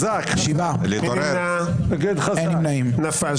הצבעה לא אושרה נפל.